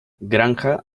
granja